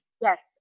Yes